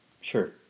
Sure